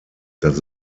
das